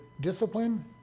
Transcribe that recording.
discipline